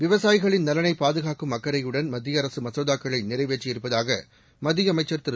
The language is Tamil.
விவசாயிகளின் நலனைப் பாதுகாக்கும் அக்கறையுடன் மத்திய அரசு மசோதாக்களை நிறைவேற்றியிருப்பதாக மத்திய அமைச்சர் திரு